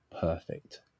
perfect